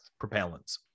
propellants